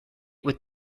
what